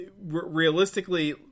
realistically